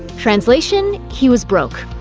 translation he was broke.